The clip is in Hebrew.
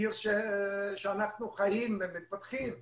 עיר שאנחנו חיים ומתפתחים בה.